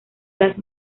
las